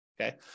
okay